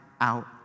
out